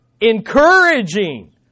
encouraging